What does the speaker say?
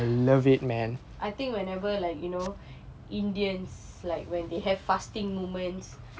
I think whenever like you know indians like when they have fasting moments